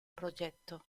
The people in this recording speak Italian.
progetto